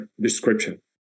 description